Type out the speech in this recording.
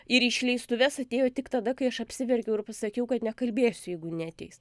ir į išleistuves atėjo tik tada kai aš apsiverkiau ir pasakiau kad nekalbėsiu jeigu neateis